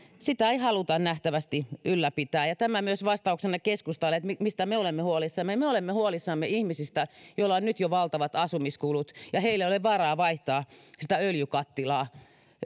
sitä ei nähtävästi haluta ylläpitää ja tämä myös vastauksena keskustalle että mistä me olemme huolissamme me me olemme huolissamme ihmisistä joilla on nyt jo valtavat asumiskulut ja joilla ei ole varaa vaihtaa sitä öljykattilaa